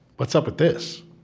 what's up with this?